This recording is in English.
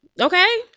Okay